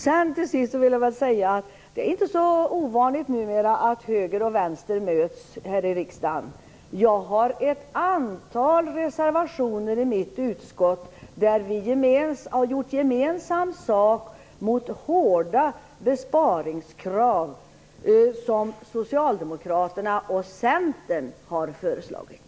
Sedan vill jag bara till sist säga att det inte är så ovanligt numera att höger och vänster möts här i riksdagen. Jag har ett antal reservationer i mitt utskott där vi har gjort gemensam sak mot hårda besparingskrav som Socialdemokraterna och Centern har föreslagit.